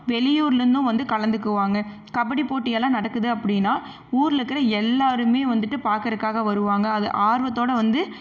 வெளியூர்லேருந்தும் வந்து கலந்துக்குவாங்க கபடி போட்டி எல்லாம் நடக்குது அப்படின்னா ஊரில் இருக்கிற எல்லாருமே வந்துட்டு பார்க்கறக்காக வருவாங்க அது ஆர்வத்தோடு வந்து